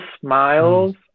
smiles